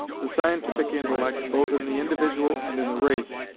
the scientific intellect, both in the individual and in the race,